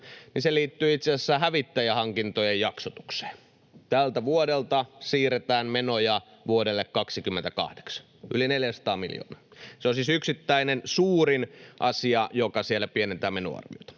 liittyy itse asiassa hävittäjähankintojen jaksotukseen. Tältä vuodelta siirretään menoja vuodelle 28 yli 400 miljoonaa. Se on siis suurin yksittäinen asia, joka siellä pienentää menoarviota.